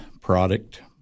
product